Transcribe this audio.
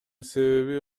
себеби